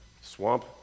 swamp